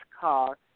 car